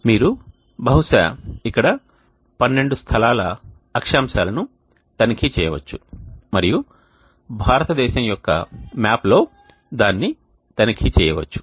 మీరు బహుశా ఇక్కడ పన్నెండు స్థలాల అక్షాంశాలను తనిఖీ చేయవచ్చు మరియు భారతదేశం యొక్క మ్యాప్లో దాన్ని తనిఖీ చేయవచ్చు